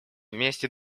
вместе